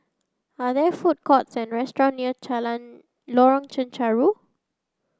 are there food courts or restaurants near Lorong Chencharu